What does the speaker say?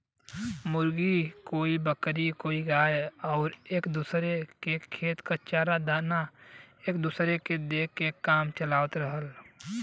मुर्गी, कोई बकरी कोई गाय आउर एक दूसर के खेत क चारा दाना एक दूसर के दे के काम चलावत रहल